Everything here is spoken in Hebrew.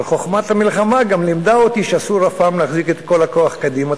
אבל חוכמת המלחמה גם לימדה אותי שאסור אף פעם להחזיק את כל הכוח קדימה,